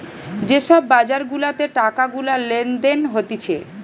যে সব বাজার গুলাতে টাকা গুলা লেনদেন হতিছে